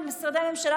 עם משרדי הממשלה,